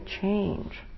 change